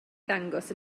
ddangos